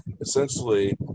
essentially